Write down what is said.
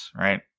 right